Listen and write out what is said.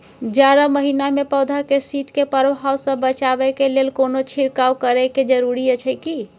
जारा महिना मे पौधा के शीत के प्रभाव सॅ बचाबय के लेल कोनो छिरकाव करय के जरूरी अछि की?